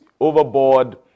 overboard